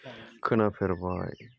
खोनाफेरबाय